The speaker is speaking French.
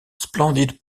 splendide